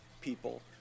People